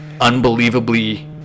unbelievably